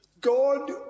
God